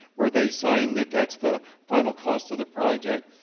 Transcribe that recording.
where they sign that that's the final cost of the project.